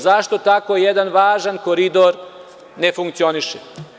Zašto tako jedan važan koridor ne funkcioniše?